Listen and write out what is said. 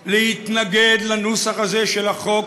להתנגד לנוסח הזה של החוק,